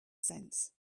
sense